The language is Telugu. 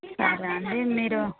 సరే అండి మీరు